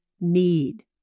need